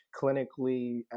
clinically